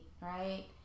Right